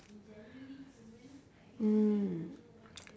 mm